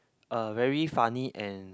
a very funny and